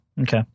Okay